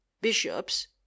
bishops